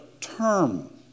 term